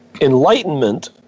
enlightenment